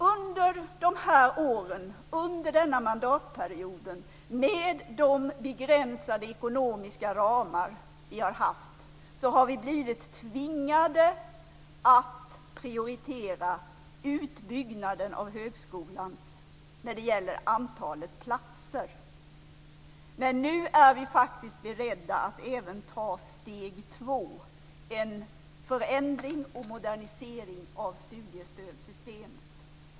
Under åren denna mandatperiod, med de begränsade ekonomiska ramar som vi har haft, har vi blivit tvingade att prioritera utbyggnaden av högskolan när det gäller antalet platser. Men nu är vi beredda att även ta steg nr 2: en förändring och modernisering av studiestödssystemet.